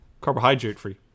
carbohydrate-free